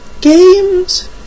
Games